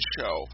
Show